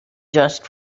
just